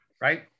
right